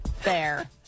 Fair